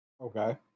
Okay